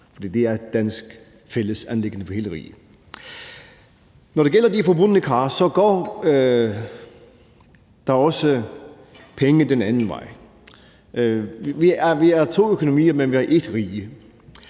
det er et fælles anliggende for hele riget. Når det gælder de forbundne kar, går der også penge den anden vej. Vi er to økonomier, men vi er ét rige.